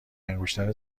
انگشتر